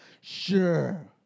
sure